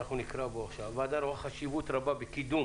הוועדה רואה חשיבות רבה בקידום